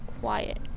quiet